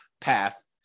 path